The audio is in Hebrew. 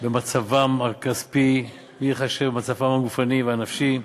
במצבם הכספי, בלי להתחשב במצבם הגופני והנפשי.